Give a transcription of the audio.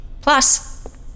Plus